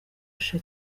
shisha